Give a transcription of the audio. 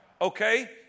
Okay